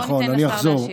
בוא ניתן לשר להשיב.